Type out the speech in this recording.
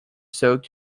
soaked